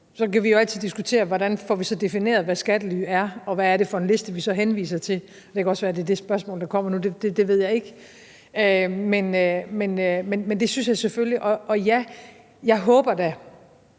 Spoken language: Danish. Så kan vi jo altid diskutere, hvordan vi så får defineret, hvad skattely er, og hvad det så er for en liste, vi henviser til – det kan også være, at det er det spørgsmål, der kommer nu; det ved jeg ikke. Men det synes jeg selvfølgelig. Og, ja, jeg håber da,